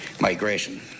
migration